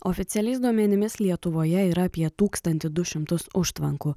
oficialiais duomenimis lietuvoje yra apie tūkstantį du šimtus užtvankų